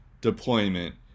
deployment